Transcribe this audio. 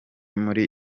muri